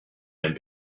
and